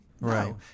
Right